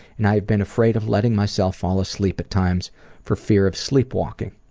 and i have been afraid of letting myself fall asleep at times for fear of sleepwalking.